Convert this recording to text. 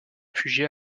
réfugiés